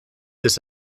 this